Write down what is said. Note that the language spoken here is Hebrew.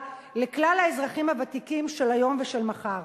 לכלל האזרחים הוותיקים של היום ושל מחר.